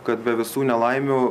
kad be visų nelaimių